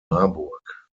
marburg